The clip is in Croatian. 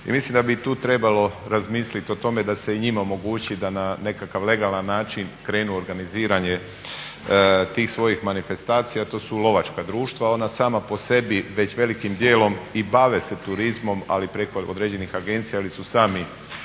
mislim da bi i tu trebalo razmislit o tome da se i njima omogući da na nekakav legalan način krenu organiziranje tih svojih manifestacija, a to su lovačka društva. Ona sama po sebi već velikim dijelom i bave se turizmom, ali preko određenih agencija jer su sami